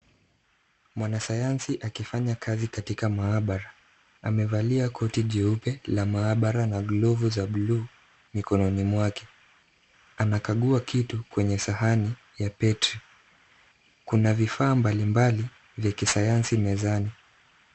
Mwanasayansi akifanya kazi katika maabara. Amevalia koti jeupe la maabara na glovu za blue mikononi mwake. Anakagua kitu kwenye sahani ya petri. Kuna vifaa mbalimbali vya kisayansi mezani.